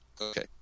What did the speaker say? Okay